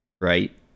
right